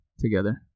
Together